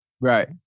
right